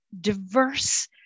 diverse